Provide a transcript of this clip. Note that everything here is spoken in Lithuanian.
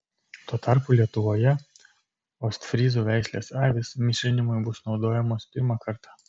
tuo tarpu lietuvoje ostfryzų veislės avys mišrinimui bus naudojamos pirmą kartą